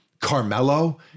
carmelo